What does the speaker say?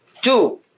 Two